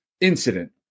incident